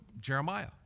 Jeremiah